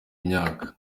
myaka